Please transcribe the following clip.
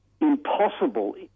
impossible